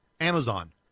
Amazon